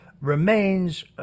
remains